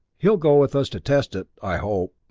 he'll go with us to test it i hope.